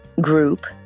group